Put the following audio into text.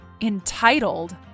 Entitled